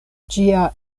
ĝia